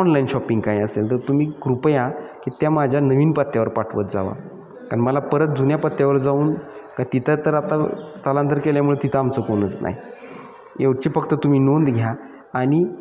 online shopping काय असेल तर तुम्ही कृपया की त्या माझ्या नवीन पत्त्यावर पाठवत जावा कारण मला परत जुन्या पत्त्यावर जाऊन का तिथं तर आता स्थलांतर केल्यामुळे तिथं आमचं कोणच नाही एवढीच फक्त तुम्ही नोंद घ्या आणि